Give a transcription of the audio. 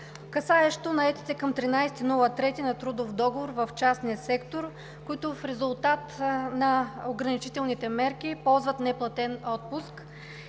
касаещ наетите към 13 март на трудов договор в частния сектор, които в резултат на ограничителните мерки ползват неплатен отпуск.